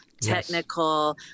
technical